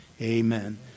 Amen